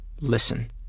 listen